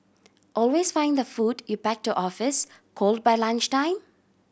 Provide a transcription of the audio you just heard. always find the food you pack to office cold by lunchtime